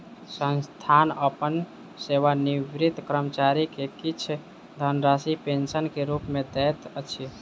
संस्थान अपन सेवानिवृत कर्मचारी के किछ धनराशि पेंशन के रूप में दैत अछि